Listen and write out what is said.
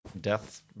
death